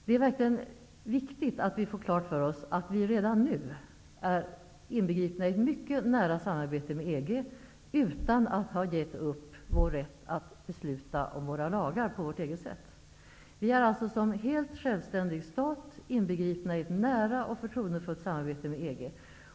Det är verkligen viktigt att vi får klart för oss att vi redan nu är inbegripna i ett mycket nära samarbete med EG utan att ha gett upp vår rätt att besluta om våra lagar på vårt eget sätt. Sverige är alltså som helt självständig stat inbegripet i ett nära och förtroendefullt samarbete med EG.